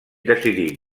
decidí